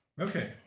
Okay